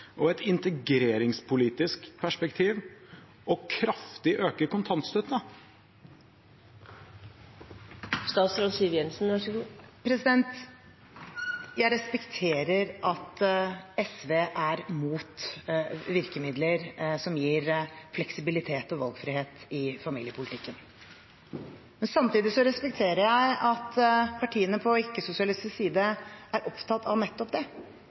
fra et likestillingspolitisk perspektiv og et integreringspolitisk perspektiv kraftig å øke kontantstøtten? Jeg respekterer at SV er mot virkemidler som gir fleksibilitet og valgfrihet i familiepolitikken. Men samtidig respekterer jeg at partiene på ikke-sosialistisk side er opptatt av nettopp det: